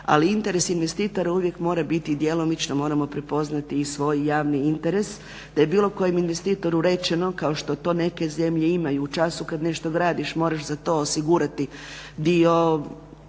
ali interes investitora uvijek mora biti, djelomično moramo prepoznati i svoj javni interes da je bilo kojem investitoru rečeno kao što to neke zemlje imaju, u času kad nešto gradiš moraš za to osigurati dio